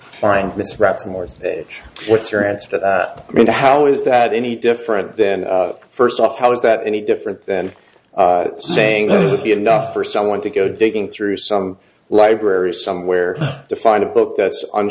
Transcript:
stage what's your answer to that i mean how is that any different than first off how is that any different than saying would be enough for someone to go digging through some library somewhere to find a book that's on